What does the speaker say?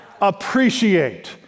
Appreciate